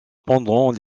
pendant